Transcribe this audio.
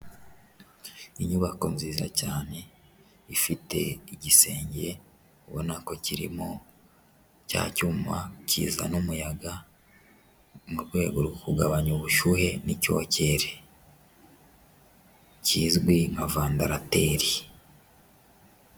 Inyubako nziza cyane ifite igisenge, ubona ko kirimo cya cyuma kizana umuyaga mu rwego rwo kugabanya ubushyuhe n'icyokere kizwi nka vandarateri.